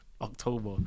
October